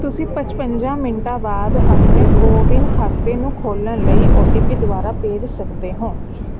ਤੁਸੀਂ ਪਚਵੰਜਾ ਮਿੰਟਾਂ ਬਾਅਦ ਆਪਣੇ ਕੋਵਿਨ ਖਾਤੇ ਨੂੰ ਖੋਲ੍ਹਣ ਲਈ ਓ ਟੀ ਪੀ ਦੁਬਾਰਾ ਭੇਜ ਸਕਦੇ ਹੋ